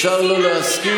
אפשר לא להסכים,